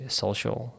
social